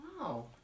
Wow